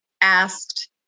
asked